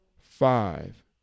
five